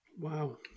Wow